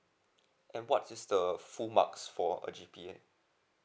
and what is the full marks for a G_P_A